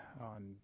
on